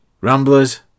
Ramblers